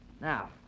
Now